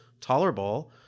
tolerable